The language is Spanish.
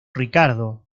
ricardo